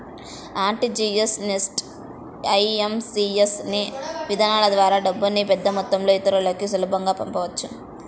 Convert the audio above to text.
RTGS, NEFT, IMPS అనే విధానాల ద్వారా డబ్బుని పెద్దమొత్తంలో ఇతరులకి సులభంగా పంపించవచ్చు